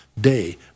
day